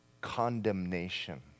condemnation